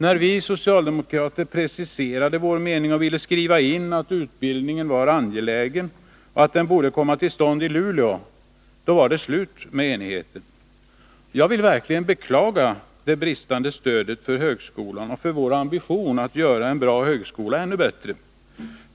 När vi socialdemokrater preciserade vår mening och ville skriva in att utbildningen var angelägen och att den borde komma till stånd i Luleå var det slut med enigheten. Jag vill verkligen beklaga det bristande stödet åt högskolan och åt vår Nr 126 ambition att göra en bra högskola ännu bättre.